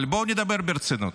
אבל בואו נדבר ברצינות.